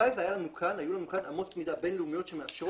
הלוואי והיו לנו כאן אמות מידה בין-לאומיות שמאפשרות